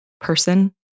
person